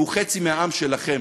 והוא חצי מהעם שלכם.